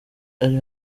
ari